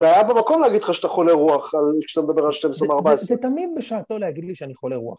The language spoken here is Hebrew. ‫היה במקום להגיד לך שאתה חולה רוח ‫על מי שאתה מדבר על 12 או 14? ‫זה תמיד בשעתו להגיד לי ‫שאני חולה רוח.